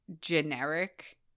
generic